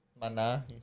Mana